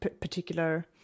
particular